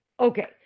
Okay